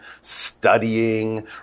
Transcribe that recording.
studying